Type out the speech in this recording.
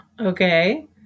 Okay